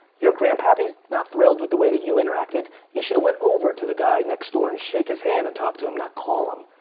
your grandpappy's not thrilled with the way that you interacted. you should've went over to the guy next door and shake his hand and talk to him, not call him.